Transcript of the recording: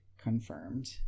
confirmed